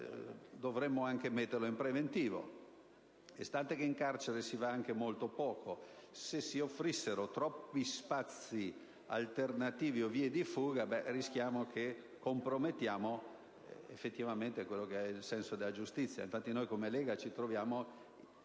dovremmo anche metterli in preventivo. Stante che in carcere si va anche troppo poco, se si offrissero troppi spazi alternativi o vie di fuga rischieremmo di compromettere effettivamente il senso della giustizia. Infatti, come Lega, ci troviamo